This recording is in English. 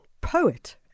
poet